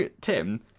Tim